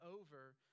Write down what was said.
over